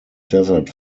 desert